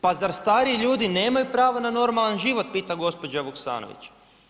Pa zar stariji ljudi nemaju pravo na normalan život?“, pita gospođa Vuksanović.